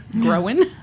growing